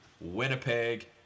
Winnipeg